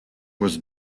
was